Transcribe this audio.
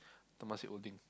Temasek Holdings